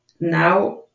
Now